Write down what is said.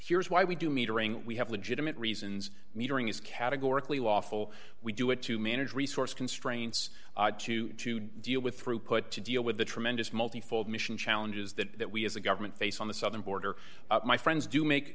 here's why we do metering we have legitimate reasons metering is categorically lawful we do it to manage resource constraints to to deal with throughput to deal with the tremendous multifold mission challenges that that we as a government face on the southern border my friends do make